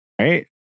Right